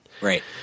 Right